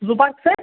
زو park سے